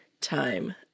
time